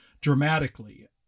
dramatically